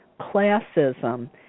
classism